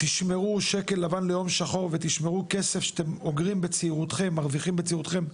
תשמרו שקל לבן ליום שחור ותשמרו כסף שאתם אוגרים ומרוויחים בצעירותכם,